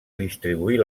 distribuir